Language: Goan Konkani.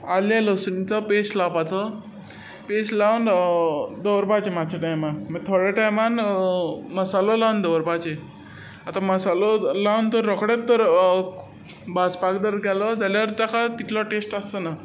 आलें लसुणीचो पेस्ट लावपाचो पेस्ट लावन दवरपाचें मातसो टायमान मागीर थोड्या टायमान मसालो लावन दवरपाचें आतां मसालो लावन तर रोखडेंच तर भाजपाक जर गेलो जाल्यार ताका तितलो टायम टेस्ट आसचो ना